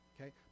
okay